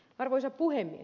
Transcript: arvoisa puhemies